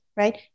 Right